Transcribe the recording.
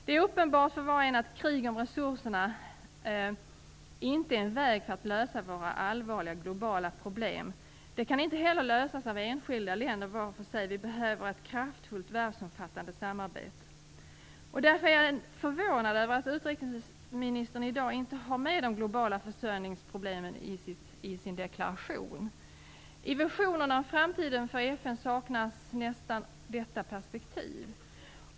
Det är uppenbart för var och en att krig om resurserna inte är en väg att lösa våra allvarliga globala problem. De kan inte heller lösas av enskilda länder var för sig, utan vi behöver ett kraftfullt världsomfattande samarbete. Jag är därför förvånad över att utrikesministern i dag inte har med de globala försörjningsproblemen i sin deklaration. I visionerna om framtiden för FN saknas nästan detta perspektiv.